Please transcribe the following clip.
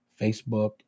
Facebook